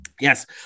Yes